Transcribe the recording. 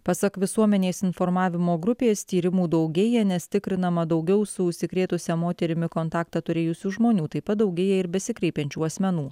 pasak visuomenės informavimo grupės tyrimų daugėja nes tikrinama daugiau su užsikrėtusia moterimi kontaktą turėjusių žmonių taip pat daugėja ir besikreipiančių asmenų